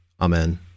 Amen